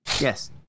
yes